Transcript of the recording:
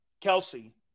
Kelsey